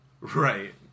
right